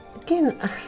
Again